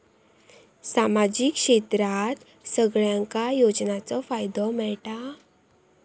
सामाजिक क्षेत्रात सगल्यांका योजनाचो फायदो मेलता?